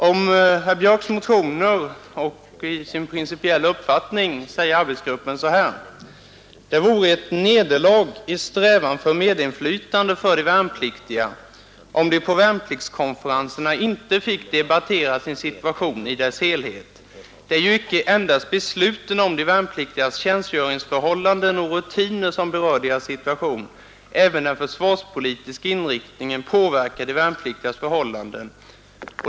Om herr Björcks motioner och sin principiella uppfattning säger arbetsgruppen: ”Det vore ett nederlag i strävan för medinflytande för de värnpliktiga om de, på värnpliktskonferenserna, inte fick debattera sin situation i dess helhet. Det är ju icke endast besluten om de värnpliktigas tjänstgöringsförhållanden och rutiner som berör deras situation. Även den försvarspolitiska inriktningen påverkar de värnpliktigas förhållanden.